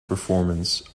performance